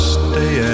stay